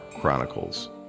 Chronicles